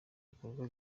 bikorwa